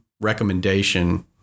recommendation